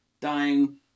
dying